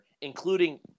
including